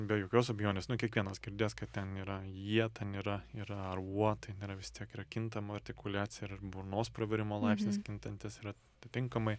be jokios abejonės nu kiekvienas girdėjęs kad ten yra ie ten yra yra ar uo ten yra vis tiek yra kintama artikuliacija yra burnos pravėrimo laipsnis kintantis yra titinkamai